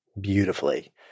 beautifully